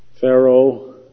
Pharaoh